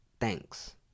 thanks